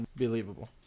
unbelievable